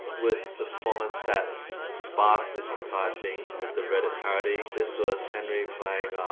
with the performance that. sparked this entire thing with the reddit parody. this was henry playing.